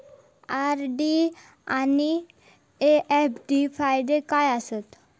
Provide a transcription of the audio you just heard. RD आनि FD फायदे काय आसात?